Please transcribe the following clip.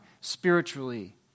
spiritually